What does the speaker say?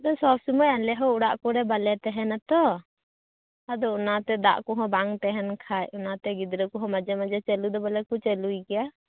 ᱵᱮᱥ ᱥᱚᱵᱽ ᱥᱚᱢᱚᱭ ᱟᱞᱮᱦᱚᱸ ᱚᱲᱟᱜ ᱠᱚᱨᱮ ᱵᱟᱝᱞᱮ ᱛᱟᱦᱮᱱᱟ ᱛᱚ ᱟᱫᱚ ᱚᱱᱟᱛᱮ ᱫᱟᱜ ᱠᱚᱦᱚᱸ ᱵᱟᱝ ᱛᱟᱦᱮᱱ ᱠᱷᱟᱡ ᱚᱱᱟᱛᱮ ᱜᱤᱫᱽᱨᱟᱹ ᱠᱚᱦᱚᱸ ᱢᱟᱡᱷᱮ ᱢᱟᱡᱷᱮ ᱪᱟ ᱞᱩᱫᱚ ᱵᱚᱞᱮ ᱠᱚ ᱪᱟ ᱞᱩᱭ ᱜᱮᱭᱟ